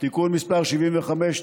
סליחה.